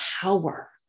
power